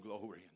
glory